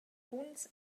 buns